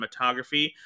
cinematography